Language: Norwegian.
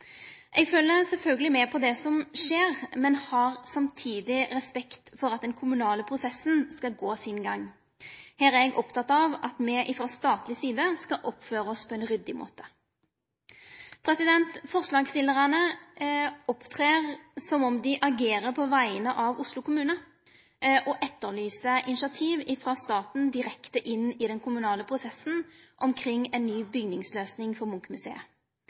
Eg følgjer sjølvsagt med på kva som skjer, men har samtidig respekt for at den kommunale prosessen skal gå sin gang. Her er eg oppteken av at me frå statleg side skal oppføre oss på ein ryddig måte. Forslagsstillarane opptrer som om dei agerer på vegner av Oslo kommune, og etterlyser initiativ frå staten direkte inn i den kommunale prosessen omkring ny bygningsløysing for